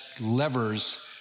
levers